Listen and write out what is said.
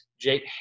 Jake